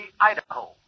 Idaho